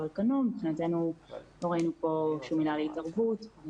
על כנו ואנחנו לא רואים עילה להתערבות.